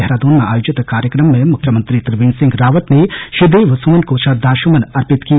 देहरादून में आयोजित कार्यक्रम में मुख्यमंत्री त्रिवेन्द्र सिंह रावत ने श्रीदेव सुमन को श्रद्धासुमन अर्पित किए